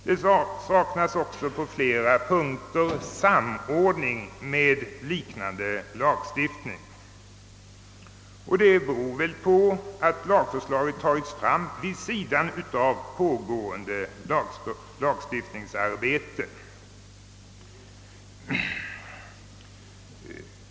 På flera punkter saknas också samordning med liknande lagstiftning. Detta beror väl på att lagförslaget lagts fram vid sidan av pågående lagstiftningsarbete.